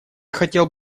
хотел